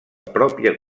pròpia